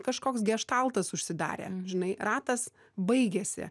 kažkoks geštaltas užsidarė žinai ratas baigėsi